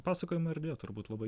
pasakojimo erdvė turbūt labai